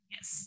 Yes